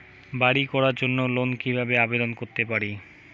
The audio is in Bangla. বাড়ি করার জন্য লোন কিভাবে আবেদন করতে পারি?